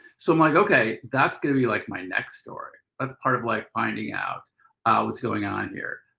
so i'm like, ok that's going to be like my next story. that's part of like finding out what's going on here.